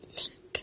link